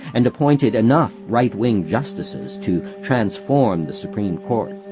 and appointed enough right-wing justices to transform the supreme court.